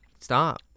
stop